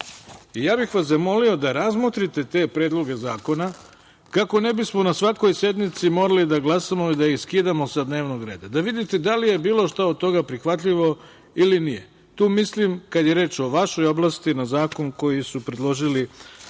i ja bih vas zamolio da razmotrite te predloge zakona kako ne bismo na svakoj sednici morali da glasamo i da ih skidamo sa dnevnog reda, da vidite da li je bilo šta od toga prihvatljivo ili nije. Tu mislim, kada je reč o vašoj oblasti, znači izmena